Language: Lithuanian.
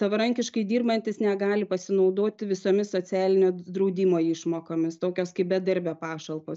savarankiškai dirbantys negali pasinaudoti visomis socialinio draudimo išmokomis tokios kaip bedarbio pašalpos